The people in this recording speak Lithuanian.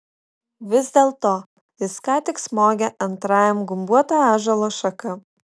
vis dėlto jis ką tik smogė antrajam gumbuota ąžuolo šaka